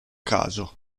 caso